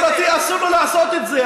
אם לאדם פרטי אסור לעשות את זה,